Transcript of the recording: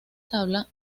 tabla